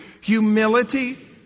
Humility